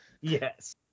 Yes